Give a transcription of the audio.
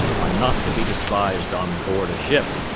are not to be despised on board a ship,